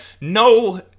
no